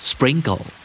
Sprinkle